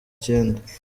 icyenda